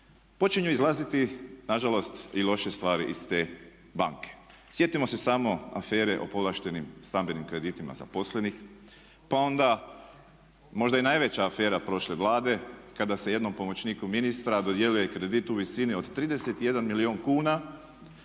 počinju izlaziti nažalost i loše stvari iz te banke. Sjetimo se samo afere o povlaštenim stambenim kreditima zaposlenih, pa onda možda i najveća afera prošle Vlade kada se jednom pomoćniku ministra dodjeljuje kredit u visini od 31 milijun kuna